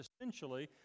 essentially